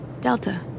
Delta